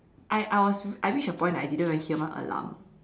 I I was I reached a point that I didn't hear my alarm